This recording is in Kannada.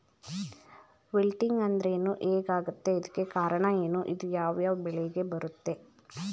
ವಿಲ್ಟಿಂಗ್ ಅಂದ್ರೇನು? ಹೆಗ್ ಆಗತ್ತೆ? ಇದಕ್ಕೆ ಕಾರಣ ಏನು? ಇದು ಯಾವ್ ಯಾವ್ ಬೆಳೆಗೆ ಬರುತ್ತೆ?